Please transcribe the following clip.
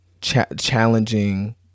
challenging